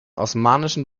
osmanischen